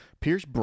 Pierce